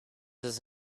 his